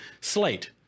Slate